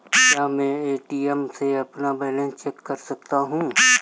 क्या मैं ए.टी.एम में अपना बैलेंस चेक कर सकता हूँ?